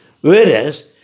Whereas